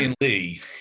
Lee